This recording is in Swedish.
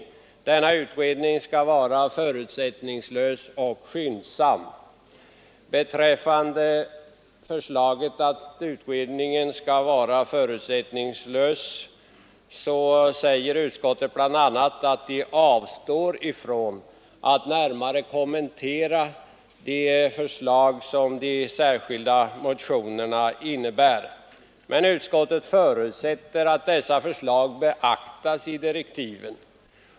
Denna utredning skall vara förutsättningslös och skyndsam. Beträffande förslaget att utredningen skall vara förutsättningslös säger utskottet bl.a. att det avstår från att närmare kommentera förslagen i de olika motionerna, men utskottet förutsätter att dessa förslag beaktas i direktiven.